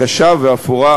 קשה ואפורה,